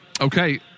okay